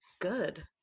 Good